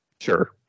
sure